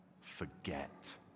forget